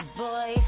boy